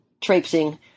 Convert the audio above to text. traipsing